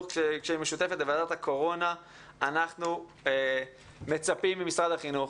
כשהיא משותפת עם ועדת הקורונה - שאנחנו מצפים ממשרד החינוך